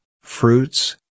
Fruits